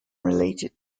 related